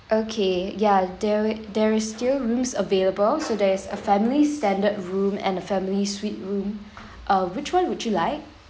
okay ya there there is still rooms available so there's a family standard room and the family suite room uh which one would you like